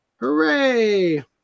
Hooray